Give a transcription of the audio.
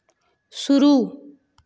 शुरू